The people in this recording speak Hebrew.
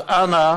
אז אנא,